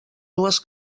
dues